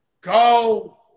Go